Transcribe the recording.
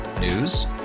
News